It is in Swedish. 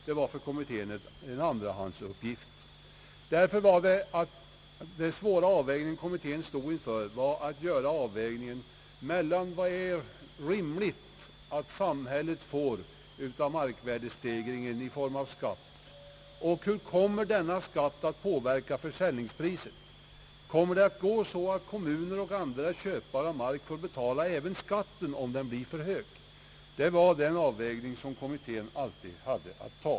Det var svårt för kommittén att göra avvägningen mellan vad det är rimligt att samhället får av markvärdestegringen i form av skatt och hur denna skatt kommer att påverka försäljningspriset. Kommer det att gå så att kommuner och andra köpare av mark får betala även skatten, om den blir för hög? Det var den avvägningen som kommittén alltid hade att göra.